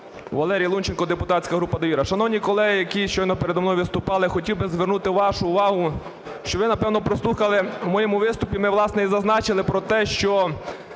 Валерій Лунченко, депутатська група "Довіра". Шановні колеги, які щойно переді мною виступали, хотів би звернути вашу увагу, що ви, напевно, прослухали в моєму виступі, ми, власне, і зазначили про те, що